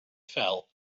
fell